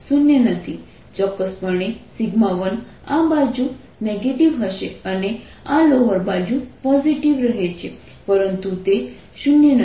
ચોક્કસપણે 1આ બાજુ નેગેટિવ હશે અને આ લોઅર બાજુ પોઝિટિવ રહે છે પરંતુ તે શૂન્ય નથી